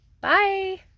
Bye